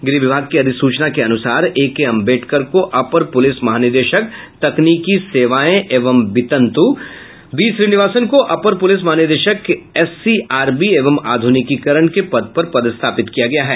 गृह विभाग की अधिसूचना के अनुसार ए के अम्बेडकर को अपर पुलिस महानिदेशक तकनीकी सेवाएं एवं वितंत्र बी श्रीनिवासन को अपर पुलिस महानिदेशक एससीआरबी एवं आध्रनिकीकरण के पद पर पदस्थापित किया गया है